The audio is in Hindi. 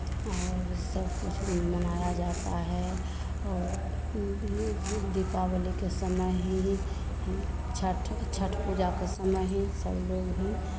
और सब कुछ भी मनाया जाता है और दीपावली के समय ही छठ छठ पूजा को समय ही सब लोग भी